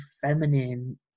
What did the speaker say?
feminine